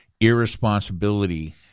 irresponsibility